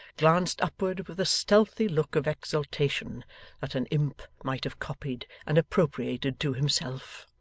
glanced upward with a stealthy look of exultation that an imp might have copied and appropriated to himself.